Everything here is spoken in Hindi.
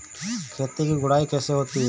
खेत की गुड़ाई कैसे होती हैं?